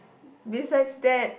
besides that